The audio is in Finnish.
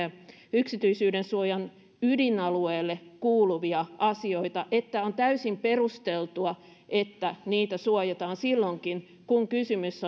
yksityisyydensuojan ydinalueelle kuuluvia asioita että on täysin perusteltua että niitä suojataan silloinkin kun kysymys